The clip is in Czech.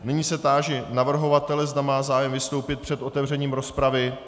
Nyní se táži navrhovatele, zda má zájem vystoupit před otevřením rozpravy.